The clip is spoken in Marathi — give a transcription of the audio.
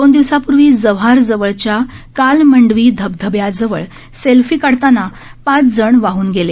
दोन दिवसांपूर्वी जव्हार जवळच्या कालमंडवी धबधब्याजवळ सेल्फी काढताना पाच जण वाहन गेले